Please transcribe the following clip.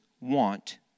want